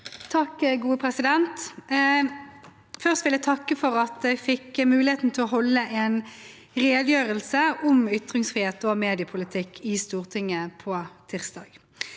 Jaffery Først vil jeg takke for at jeg fikk muligheten til å holde en redegjørelse om ytringsfrihet og mediepolitikk i Stortinget på tirsdag.